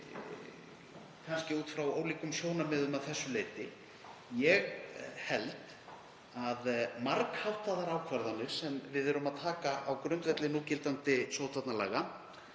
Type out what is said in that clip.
kannski út frá ólíkum sjónarmiðum að þessu leyti. Ég held að margháttaðar ákvarðanir, sem við erum að taka á grundvelli núgildandi